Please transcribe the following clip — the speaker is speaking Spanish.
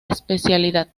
especialidad